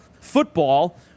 football